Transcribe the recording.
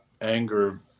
anger